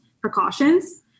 precautions